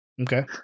Okay